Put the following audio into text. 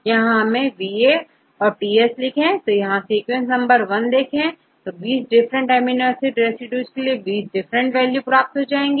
तो हम यहांVA औरTS लिखें आप यहां सीक्वेंस नंबर1 देखें तो20 डिफरेंट एमिनो एसिड रेसिड्यूज के लिए20 डिफरेंट वैल्यू प्राप्त होती है